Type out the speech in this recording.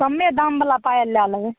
कमे दामवला पायल लए लेबय